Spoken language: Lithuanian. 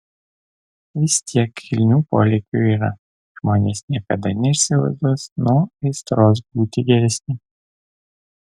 vis tiek kilnių polėkių yra žmonės niekada neišsivaduos nuo aistros būti geresni